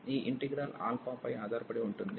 ఈ integral alpha పై ఆధారపడి ఉంటుంది